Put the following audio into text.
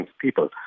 people